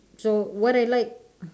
so what I like